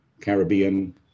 Caribbean